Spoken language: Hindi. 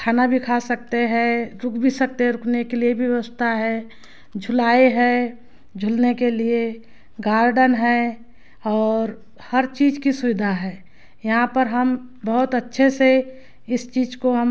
खाना भी खा सकते है रुक भी सकते है रुकने के लिए भी व्यवस्था है झूलें है झूलने के लिए गार्डन है और हर चीज़ की सुविधा है यहाँ पर हम बहुत अच्छे से इस चीज़ को हम